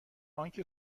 آنکه